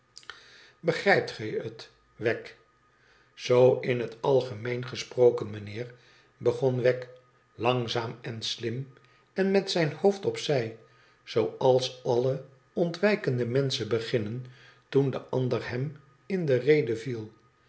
begrijpt gij het wegg tzoo in het algemeen gesproken meneer begon wegg langzaam en slim en met zijn hoofd op zij zooals alle ontwijkende menschen beginoen toen de ander hem in de rede viel